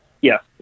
Yes